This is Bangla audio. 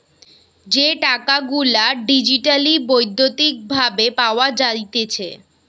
যে টাকা গুলা ডিজিটালি বৈদ্যুতিক ভাবে পাওয়া যাইতেছে